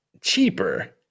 cheaper